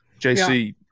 JC